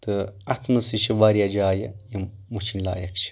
تہٕ اتھ منٛز تہِ چھِ واریاہ جایہِ یِم وٕچھن لایق چھِ